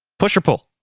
push or pull?